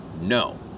No